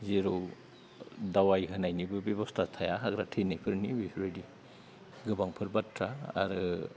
जेराव दावाइ होनायनिबो बेबस्था थाया हाग्रा थैनायफोरनि बेफोरबायदि गोबांफोर बाथ्रा आरो